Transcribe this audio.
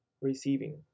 receiving